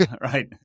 right